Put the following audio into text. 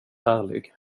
ärlig